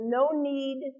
no-need